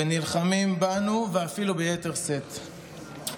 ונלחמים בנו אפילו ביתר שאת.